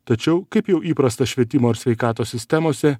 tačiau kaip jau įprasta švietimo ir sveikatos sistemose